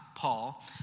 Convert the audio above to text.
Paul